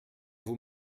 vous